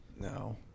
No